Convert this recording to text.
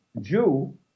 Jew